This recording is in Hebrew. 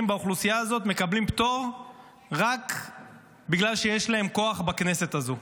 באוכלוסייה הזאת מקבלים פטור רק בגלל שיש להם כוח בכנסת הזאת?